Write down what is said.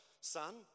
son